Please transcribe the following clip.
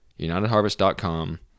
Unitedharvest.com